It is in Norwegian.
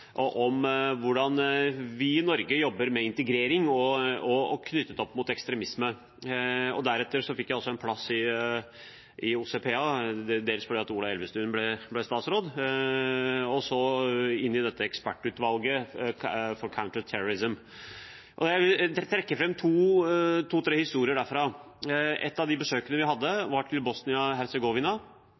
fjor om hvordan vi i Norge jobber med integrering, knyttet opp mot ekstremisme. Deretter fikk jeg også en plass i OSSE PA, dels fordi Ola Elvestuen ble statsråd, og i ekspertutvalget Countering terrorism. Jeg vil trekke fram to–tre historier derfra. Ett av besøkene gikk til Bosnia-Hercegovina – vi var